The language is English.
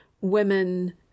women